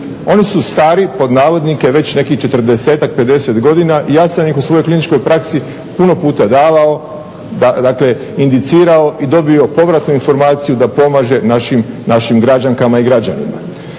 Oni su "stari" već nekih 40-ak, 50 godina i ja sam ih u svojoj kliničkoj praksi puno puta davao dakle indicirao i dobio povratnu informaciju da pomaže našim građankama i građanima.